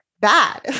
bad